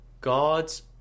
God's